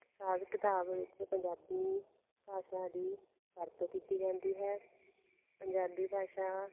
ਹਿਸਾਬ ਕਿਤਾਬ ਵਿੱਚ ਪੰਜਾਬੀ ਭਾਸ਼ਾ ਦੀ ਵਰਤੋਂ ਕੀਤੀ ਜਾਂਦੀ ਹੈ ਪੰਜਾਬੀ ਭਾਸ਼ਾ